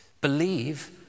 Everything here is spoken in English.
Believe